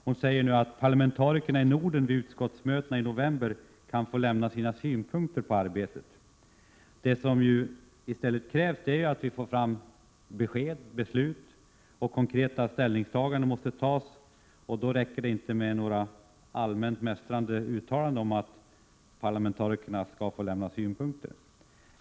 Hon säger att parlamentarikerna i Norden vid utskottsmötena i november kan få lämna sina synpunkter på arbetet. Det som krävs i stället är att vi får fram beslut och konkreta ställningstaganden. Det räcker inte med några allmänt mästrande uttalanden om att parlamentarikerna skall få lämna synpunkter.